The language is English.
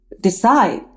decide